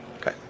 Okay